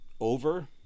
over